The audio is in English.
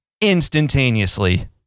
instantaneously